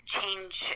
change